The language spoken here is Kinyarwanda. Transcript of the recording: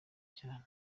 cyane